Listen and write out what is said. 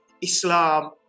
Islam